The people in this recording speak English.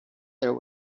there